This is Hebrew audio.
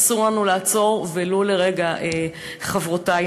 אסור לנו לעצור ולו לרגע, חברותי.